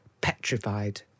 petrified